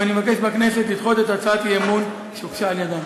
ואני מבקש מהכנסת לדחות את הצעת האי-אמון שהוגשה על-ידם.